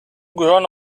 gehören